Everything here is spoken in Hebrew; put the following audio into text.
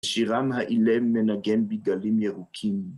שירם האילם מנגן בגלים ירוקים.